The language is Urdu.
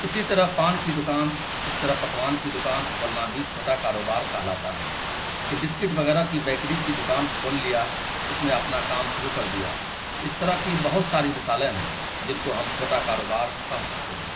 اسی طرح پان کی دکان اس طرح پکوان کی دکان کھولنا بھی چھوٹا کاروبار کہلاتا ہے کہ بسکٹ وغیرہ کی بیکری کی دکان کھول لیا اس میں اپنا کام شروع کر دیا اس طرح کی بہت ساری مثالیں ہیں جن کو ہم چھوٹا کاروبار کہ سکتے ہیں